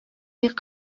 бик